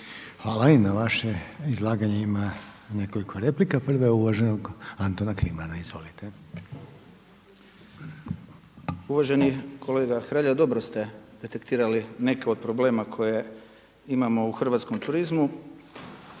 lijepa. I na vaše izlaganje ima nekoliko replika. Prav je uvaženog Antona Klimana. Izvolite. **Kliman, Anton (HDZ)** Uvaženi kolega HRelja, dobro ste detektirali neke od problema koje imamo u hrvatskom turizmu.